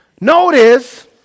Notice